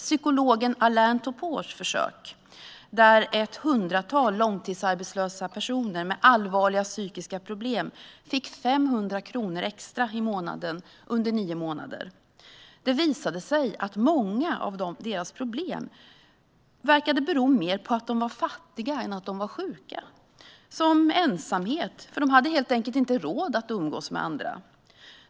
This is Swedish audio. Psykologen Alain Topor genomförde ett försök där ett hundratal långtidsarbetslösa personer med allvarliga psykiska problem fick 500 kronor extra i månaden under nio månader. Det visade sig att många av dessa personers problem verkade bero mer på att de var fattiga än på att de var sjuka. En del led av ensamhet, för de hade helt enkelt inte råd att umgås med andra.